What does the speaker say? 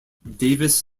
davis